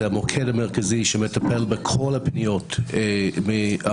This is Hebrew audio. זה המוקד המרכזי שמטפל בכל הפניות מהעוטף,